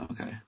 Okay